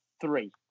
three